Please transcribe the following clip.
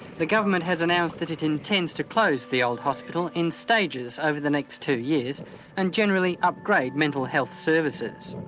the government has announced that it intends to close the old hospital in stages over the next two years and generally upgrade mental health services.